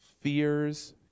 fears